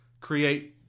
create